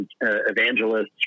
evangelists